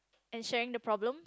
and sharing the problem